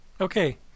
Okay